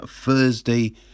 Thursday